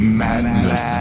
madness